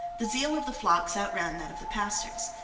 the zeal of the flocks outran that of the pastors.